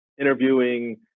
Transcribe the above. interviewing